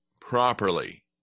properly